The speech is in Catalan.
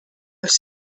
els